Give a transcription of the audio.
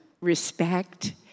respect